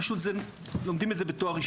פשוט הם לומדים את זה בתואר ראשון.